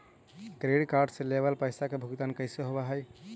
Credit card से लेवल पैसा के भुगतान कैसे होव हइ?